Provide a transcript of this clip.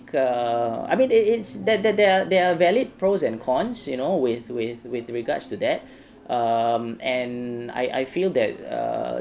err I mean it it's that that there are there are valid pros and cons you know with with with regards to that um and I I feel that err